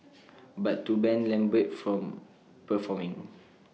but to ban lambert from performing